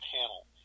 panel